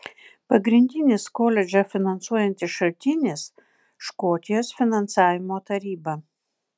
pagrindinis koledžą finansuojantis šaltinis škotijos finansavimo taryba